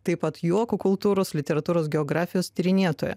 taip pat juoko kultūros literatūros geografijos tyrinėtoja